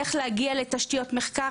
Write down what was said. איך להגיע לתשתיות מחקר,